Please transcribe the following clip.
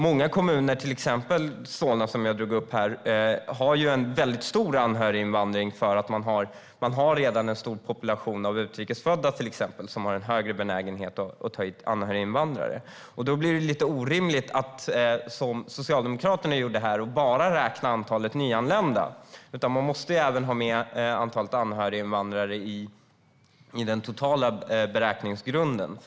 Många kommuner, till exempel Solna som jag tog upp tidigare, har stor anhöriginvandring eftersom det i kommunen redan finns en stor population av utrikes födda, som har högre benägenhet att ta hit anhöriginvandrare. Då blir det orimligt att, som Socialdemokraterna gör, bara räkna antalet nyanlända. Även antalet anhöriginvandrare måste finnas med i den totala beräkningsgrunden.